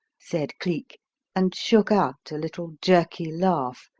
said cleek and shook out a little jerky laugh,